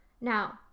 Now